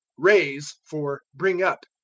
raise for bring up,